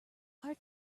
are